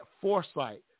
foresight